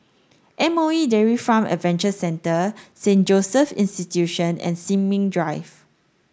M O E Dairy Farm Adventure Centre Saint Joseph's Institution and Sin Ming Drive